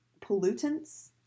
Pollutants